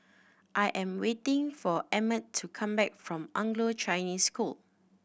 I am waiting for Emmett to come back from Anglo Chinese School